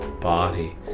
body